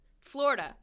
Florida